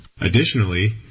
Additionally